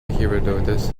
herodotus